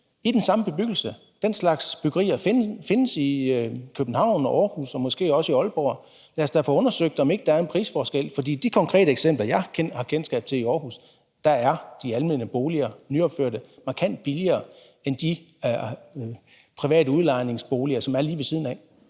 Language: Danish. i den samme bebyggelse. Den slags byggerier findes i København og i Aarhus og måske også i Aalborg. Lad os da få undersøgt, om ikke der er en prisforskel, for i de konkrete eksempler, jeg har kendskab til i Aarhus, er de nyopførte almene boliger markant billigere end de private udlejningsboliger, som ligger lige ved siden af.